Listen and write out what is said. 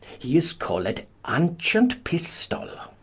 hee is call'd aunchient pistoll gower.